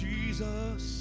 Jesus